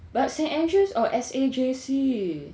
but st andrew's or S_A_J_C